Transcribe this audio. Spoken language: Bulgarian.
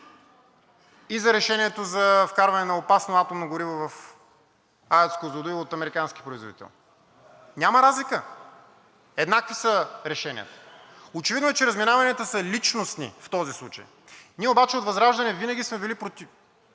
и за решението за вкарване на опасно атомно гориво в АЕЦ „Козлодуй“ от американски производител. Няма разлика – еднакви са решенията. Очевидно е, че разминаванията са личностни в този случай. Ние обаче от ВЪЗРАЖДАНЕ винаги сме били противници